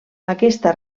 aquesta